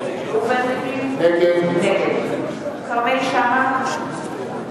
נגד ראובן ריבלין, נגד כרמל שאמה,